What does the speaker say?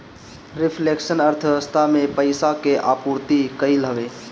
reflection अर्थव्यवस्था में पईसा के आपूर्ति कईल हवे